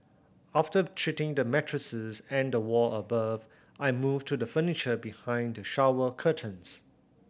after treating the mattress and the wall above I moved to the furniture behind the shower curtains